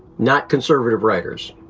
not conservative writers,